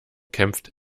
kämpft